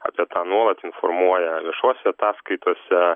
apie tą nuolat informuoja viešose ataskaitose